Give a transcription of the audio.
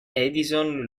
edison